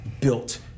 built